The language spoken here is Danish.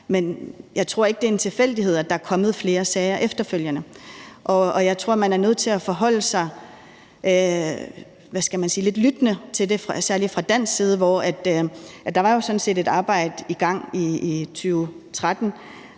Men jeg tror ikke, det er en tilfældighed, at der er kommet flere sager efterfølgende, og jeg tror, man er nødt til at forholde sig lidt lyttende til det, særlig fra dansk side. Der var jo sådan set et arbejde i gang i 2013,